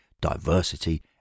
diversity